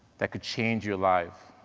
that could change your life,